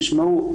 תשמעו,